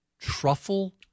truffle